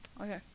Okay